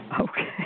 Okay